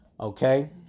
Okay